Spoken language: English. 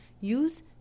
Use